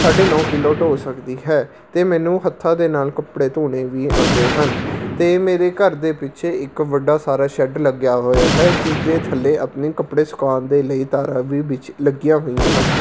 ਸਾਢੇ ਨੌ ਕਿੱਲੋ ਧੋ ਸਕਦੀ ਹੈ ਅਤੇ ਮੈਨੂੰ ਹੱਥਾਂ ਦੇ ਨਾਲ ਕੱਪੜੇ ਧੋਣੇ ਵੀ ਆਉਂਦੇ ਹਨ ਅਤੇ ਮੇਰੇ ਘਰ ਦੇ ਪਿੱਛੇ ਇੱਕ ਵੱਡਾ ਸਾਰਾ ਸ਼ੈੱਡ ਲੱਗਿਆ ਹੋਇਆ ਹੈ ਜਿਸਦੇ ਥੱਲੇ ਆਪਣੇ ਕੱਪੜੇ ਸੁਕਾਉਣ ਦੇ ਲਈ ਤਾਰਾਂ ਵੀ ਵਿਛੀ ਲੱਗੀਆਂ ਹੋਈਆਂ ਹਨ